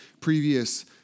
previous